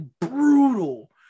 brutal